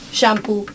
shampoo